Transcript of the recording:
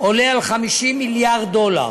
עולה על 50 מיליארד דולר,